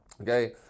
okay